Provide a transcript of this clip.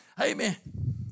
Amen